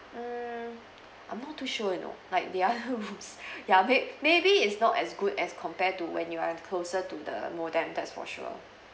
mm I'm not too sure you know like the other rooms ya may maybe is not as good as compare to when you are closer to the modem that's for sure